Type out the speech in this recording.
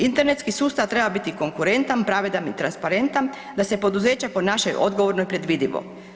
Internetski sustav treba biti konkurentan, pravedan i transparentan, da se poduzeća ponašaju odgovorno i predvidivo.